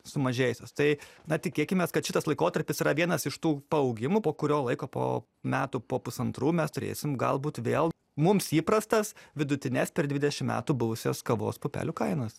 sumažėjusios tai na tikėkimės kad šitas laikotarpis yra vienas iš tų paaugimų po kurio laiko po metų po pusantrų mes turėsim galbūt vėl mums įprastas vidutines per dvidešim metų buvusias kavos pupelių kainas